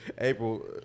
April